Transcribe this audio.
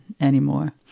anymore